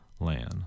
land